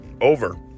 Over